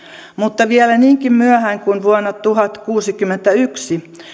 mutta vielä niinkin myöhään kuin vuonna tuhatkuusikymmentäyksi